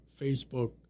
Facebook